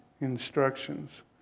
instructions